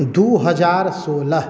दू हजार सोलह